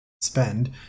spend